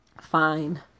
fine